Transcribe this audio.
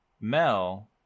Mel